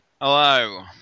Hello